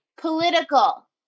political